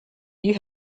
you